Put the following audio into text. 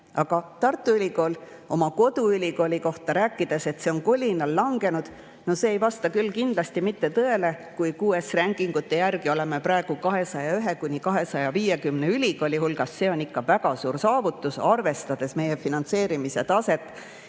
Aga Tartu Ülikooli, oma koduülikooli kohta rääkida, et see on kolinal langenud – no see ei vasta küll kindlasti mitte tõele, kui QS-iranking'ute järgi oleme praegu 201–250 [parima] ülikooli hulgas. See on ikka väga suur saavutus, arvestades meie finantseerimise taset